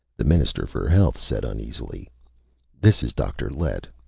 the minister for health said uneasily this is dr. lett.